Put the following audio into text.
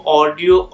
audio